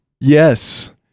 yes